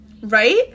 Right